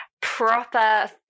proper